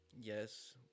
Yes